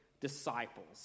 disciples